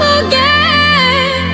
again